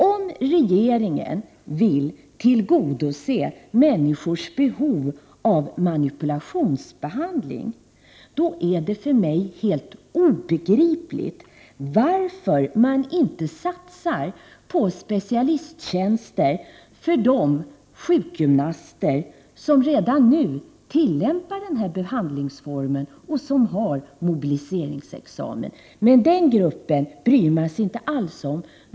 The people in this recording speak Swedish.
Om regeringen verkligen vill tillgodose människors behov av manipulationsbehandling, kan jag absolut inte begripa varför man inte satsar på specialisttjänster för de sjukgymnaster som redan nu tillämpar den här behandlingsmetoden och som har mobiliseringsexamen. Men den gruppen = Prot. 1988/89:121 bryr man sig inte alls om.